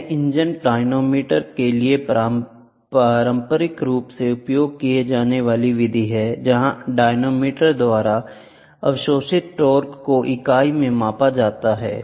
यह engine dynamometer के लिए पारंपरिक रूप से उपयोग की जाने वाली विधि है जहां डायनेमोमीटर द्वारा अवशोषित टार्क को इकाई में मापा जाता है